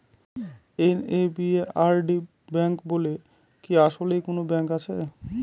NABARD bank বলে কি আসলেই কোনো ব্যাংক আছে?